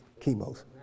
chemos